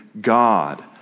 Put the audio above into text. God